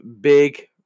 big